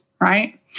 right